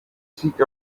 seek